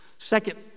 Second